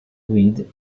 read